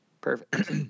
Perfect